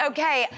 Okay